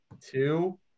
two